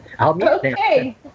Okay